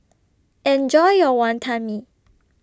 Enjoy your Wonton Mee